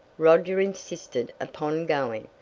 roger insisted upon going,